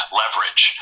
leverage